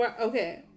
okay